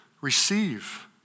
receive